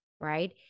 right